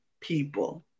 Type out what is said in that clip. people